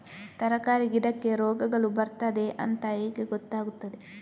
ತರಕಾರಿ ಗಿಡಕ್ಕೆ ರೋಗಗಳು ಬರ್ತದೆ ಅಂತ ಹೇಗೆ ಗೊತ್ತಾಗುತ್ತದೆ?